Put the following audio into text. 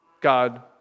God